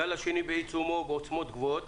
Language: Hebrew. הגל בשני בעיצומו בעוצמות גבוהות.